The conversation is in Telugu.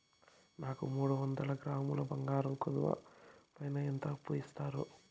నాకు మూడు వందల గ్రాములు బంగారం కుదువు పైన ఎంత అప్పు ఇస్తారు?